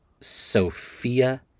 Sophia